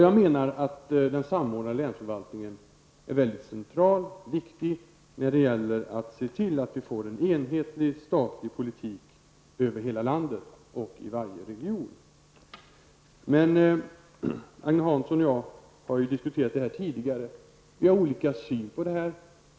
Jag menar att den samordnade länsförvaltningen är mycket central och viktig när det gäller att se till att vi får en enhetlig statlig politik i hela landet och i varje region. Agne Hansson och jag har ju diskuterat det här tidigare. Vi har olika syn på det.